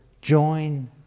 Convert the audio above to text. join